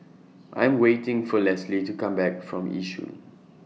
I Am waiting For Lesley to Come Back from Yishun